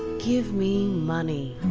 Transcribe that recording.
give me money.